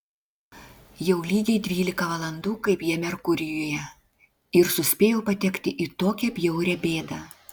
jau lygiai dvylika valandų kaip jie merkurijuje ir suspėjo patekti į tokią bjaurią bėdą